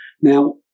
Now